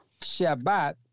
Shabbat